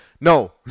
No